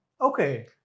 Okay